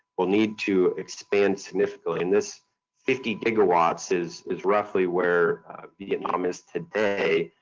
we'll need to expand significantly and this fifty gigawatts is is roughly where vietnam is today,